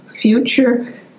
future